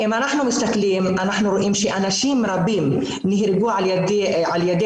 אם אנחנו מסתכלים אנחנו רואים שאנשים רבים נהרגו על ידי